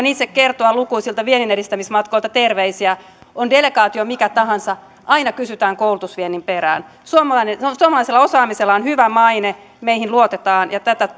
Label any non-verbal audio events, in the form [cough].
[unintelligible] itse kertoa lukuisilta vienninedistämismatkoilta terveisiä on delegaatio mikä tahansa aina kysytään koulutusviennin perään suomalaisella osaamisella on hyvä maine meihin luotetaan ja